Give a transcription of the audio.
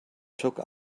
took